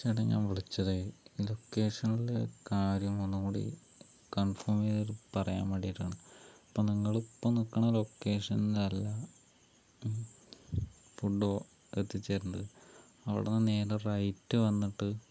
ചേട്ടാ ഞാൻ വിളിച്ചത് ലൊക്കേഷനിലെ കാര്യം ഒന്നുകൂടി കൺഫേം ചെയ്തു പറയാൻ വേണ്ടിയിട്ടാണ് ഇപ്പോൾ നിങ്ങൾ ഇപ്പോൾ നിൽക്കണ ലൊക്കേഷനിൽ അല്ല ഫുഡ്ഡോ എത്തിച്ച് തരേണ്ടത് അവിടുന്നു നേരെ റൈറ്റ് വന്നിട്ട്